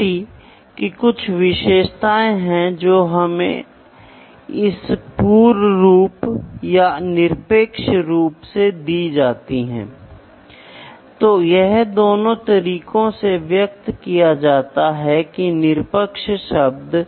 pressure कुछ नहीं बल्कि फोर्स पर यूनिट एरिया है सही है तो आप फोर्स को माप सकते हैं बदले में फोर्स को मापा जा सकता है या फोर्स न्यूटन में व्यक्त किया जाता है और आप इसे द्रव्यमान से माप सकते हैं